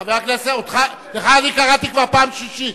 חבר הכנסת אלסאנע, אני קורא כבר פעם שלישית.